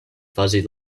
fuzzy